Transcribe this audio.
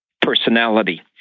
personality